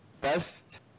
best